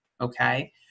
Okay